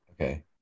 Okay